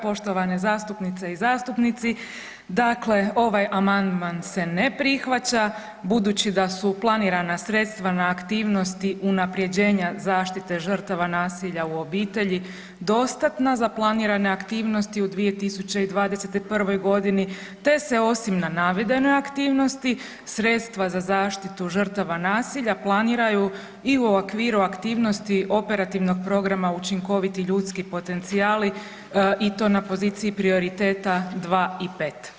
Poštovane zastupnice i zastupnici, dakle ovaj amandman se ne prihvaća budući da su planirana sredstva na aktivnosti unaprjeđenja zaštite žrtava nasilja u obitelji dostatna za planirane aktivnosti u 2021. godini te se osim na navedenoj aktivnosti sredstva za zaštitu žrtava nasilja planiraju i u okviru aktivnosti operativnog programa učinkoviti ljudski potencijali i to na poziciji prioriteta 2 i 5.